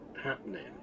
happening